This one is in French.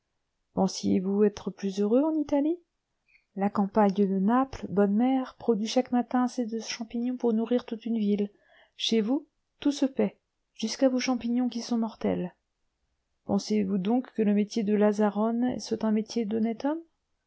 pensiez-vous être plus heureux en italie la campagne de naples bonne mère produit chaque matin assez de champignons pour nourrir toute une ville chez vous tout se paie jusqu'à vos champignons qui sont mortels pensez-vous donc que le métier de lazzarone soit un métier